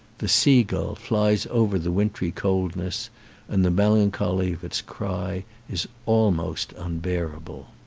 the seagull flies over the wintry coldness and the melancholy of its cry is almost unbearable.